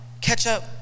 ketchup